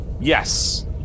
Yes